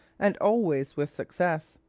and always with success.